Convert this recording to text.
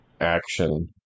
action